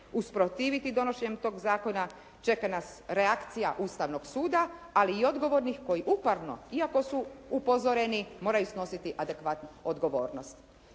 usprotiviti donošenjem tog zakona čeka nas reakcija Ustavnog suda ali i odgovornih koji uporno iako su upozoreni moraju snositi adekvatnu odgovornost.